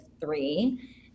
three